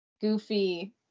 Goofy